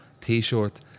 t-shirt